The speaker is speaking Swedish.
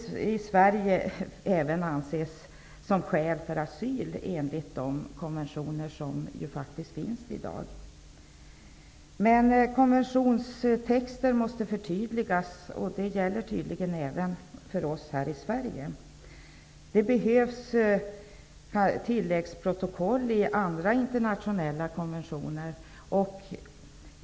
De skall i Sverige enligt de konventioner som faktiskt finns i dag också anses som skäl för asyl. Konventionstexter måste förtydligas, och det gäller tydligen även för oss här i Sverige. Det behövs tilläggsprotokoll i andra internationella konventioner.